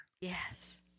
Yes